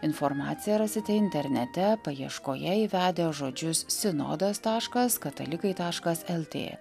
informaciją rasite internete paieškoje įvedę žodžius sinodas taškas katalikai taškas el tė